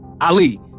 Ali